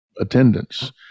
attendance